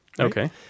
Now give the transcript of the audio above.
Okay